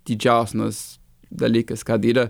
didžiausnas dalykas ką bylą